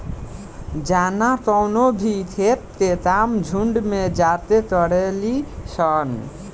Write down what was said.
जाना कवनो भी खेत के काम झुंड में जाके करेली सन